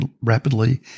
rapidly